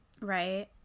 Right